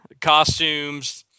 costumes